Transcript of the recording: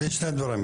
אני אגיד שני דברים.